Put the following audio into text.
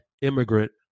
immigrant